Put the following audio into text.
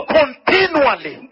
continually